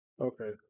Okay